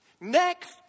Next